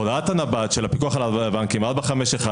הוראת הנב"ת של הפיקוח על הבנקים, 451,